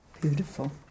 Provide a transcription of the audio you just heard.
Beautiful